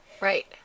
Right